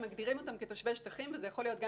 אם מגדירים אותם כתושבי שטחים וזה יכול להיות גם